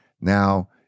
now